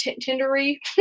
tindery